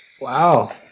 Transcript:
Wow